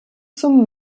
zum